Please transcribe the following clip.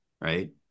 right